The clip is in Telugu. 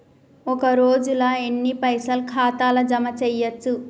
ఒక రోజుల ఎన్ని పైసల్ ఖాతా ల జమ చేయచ్చు?